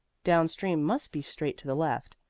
down-stream must be straight to the left.